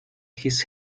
his